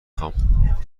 خواهم